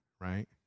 right